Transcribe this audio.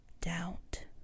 Doubt